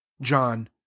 John